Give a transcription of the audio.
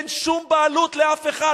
שאין שום בעלות לאף אחד,